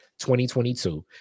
2022